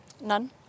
None